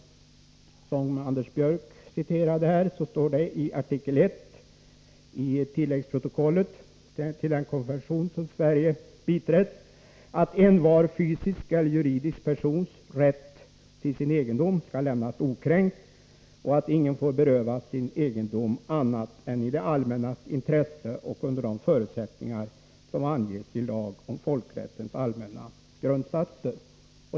Som Anders Björck citerade här står det i artikel 1itilläggsprotokollet till den konvention som Sverige biträtt att envar fysisk eller juridisk persons rätt till sin egen egendom skall lämnas okränkt och att ingen får berövas sin egendom annat än i det allmännas intresse och under de förutsättningar som anges i lag om folkrättens allmänna grundsatser.